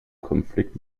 konflikt